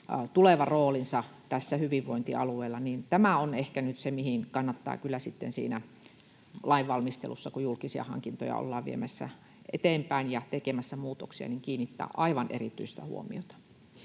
tuleva roolinsa tässä hyvinvointialueella on ehkä nyt se, mihin kannattaa kyllä sitten siinä lainvalmistelussa, kun julkisia hankintoja ollaan viemässä eteenpäin ja tekemässä muutoksia, kiinnittää aivan erityistä huomiota.